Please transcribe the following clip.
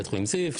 בבית החולים זיו,